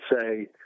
say